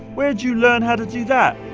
where'd you learn how to do that?